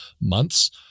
months